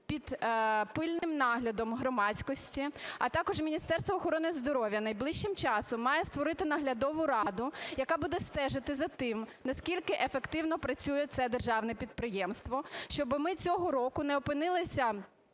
під пильним наглядом громадськості, а також Міністерство охорони здоров'я найближчим часом має створити наглядову раду, яка буде стежити за тим, наскільки ефективно працює це державне підприємство, щоби ми цього року не опинилися